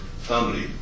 family